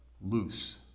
loose